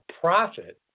profit